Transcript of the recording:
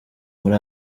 muri